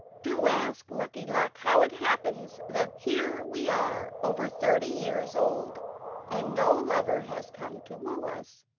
do ask lucky luck how it happens that here we are over thirty years old and no lover has come to woo us,